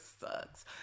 sucks